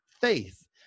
faith